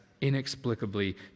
inexplicably